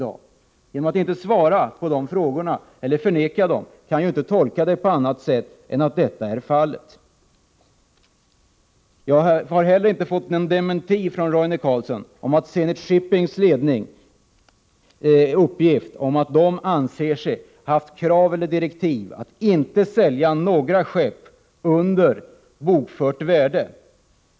Att man med tystnad förbigår dessa frågor kan inte tolkas på annat sätt. Jag har heller inte fått någon dementi från Roine Carlsson av uppgiften från Zenit Shippings ledning att man anser sig ha fått direktiv om att inte sälja några skepp under bokfört värde.